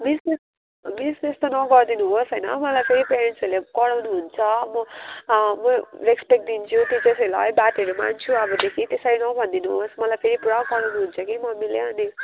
miss तेस miss त्यस्तो नगरिदिनुहोस् होइन मलाई चाहिँ प्यारेन्टसहरूले कराउनु हुन्छ म म रेस्पेक्ट दिन्छु टिचर्सहरूलाई बातहरू मान्छु अब देखि त्यसरी नभनिदिनुहोस् मलाई फेरि पुरा कराउनु हुन्छ कि मम्मीले अनि